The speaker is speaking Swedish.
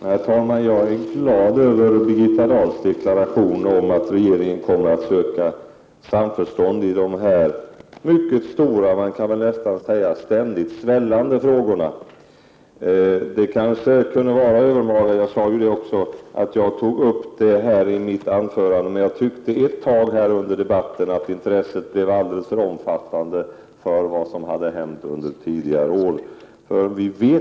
Herr talman! Jag är glad över Birgitta Dahls deklaration att regeringen kommer att söka samförstånd i dessa mycket stora och låt mig säga ständigt svällande frågor. Det kanske kunde tyckas övermaga — det sade jag också — att jag tog upp denna fråga i mitt anförande. Men jag tyckte ett tag under debatten att intresset för vad som hade hänt under tidigare år blev alldeles för omfattande.